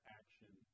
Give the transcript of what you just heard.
action